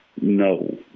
no